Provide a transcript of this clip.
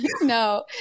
no